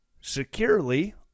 securely